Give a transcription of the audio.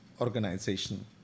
organization